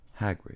Hagrid